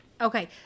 okay